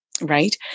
right